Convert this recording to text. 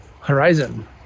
horizon